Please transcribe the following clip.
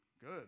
Good